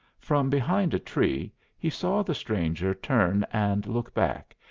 from behind a tree he saw the stranger turn and look back,